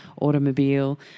automobile